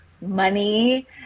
money